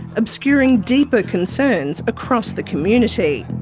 obscuring deeper concerns across the community.